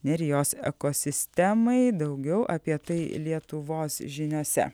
nerijos ekosistemai daugiau apie tai lietuvos žiniose